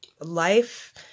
life